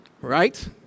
Right